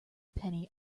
penny